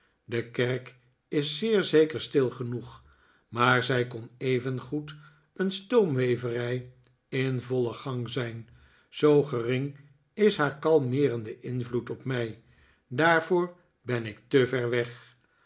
de kerk is zeer zeker stil genoeg maar zij kon evengoed een stoomweverij in vollen gang zijn zoo gering is haar kalmeerende invloed op mij daarvoor ben ik te ver weg